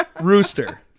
Rooster